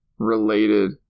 Related